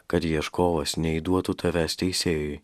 kad ieškovas neįduotų tavęs teisėjui